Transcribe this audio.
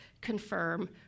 confirm